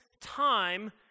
time